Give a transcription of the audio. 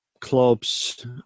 clubs